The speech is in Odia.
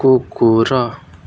କୁକୁର